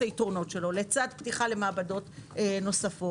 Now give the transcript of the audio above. היתרונות שלו לצד פתיחה של מעבדות נוספות,